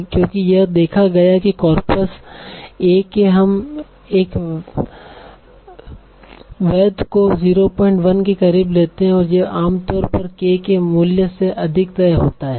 क्योंकि यह देखा गया है कि कॉर्पस ए के हम एक वैध को 01 के करीब लेते हैं तो यह आमतौर पर k के मूल्य से अधिक तय होता है